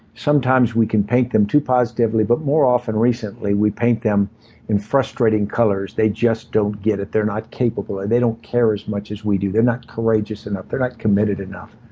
sometimes, we can paint them too positively. but more often, recently, we paint them in frustrating colors. they just don't get it. they're not capable, or they don't care as much as we do. they're not courageous enough. they're not committed enough.